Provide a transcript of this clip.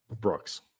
Brooks